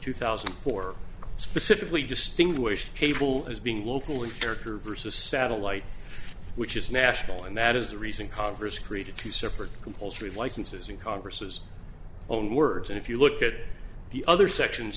two thousand and four specifically distinguished cable as being local in character versus satellite which is national and that is the reason congress created two separate compulsory licenses in congress's own words and if you look at the other sections